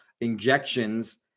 injections